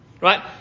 Right